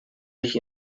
sich